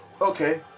Okay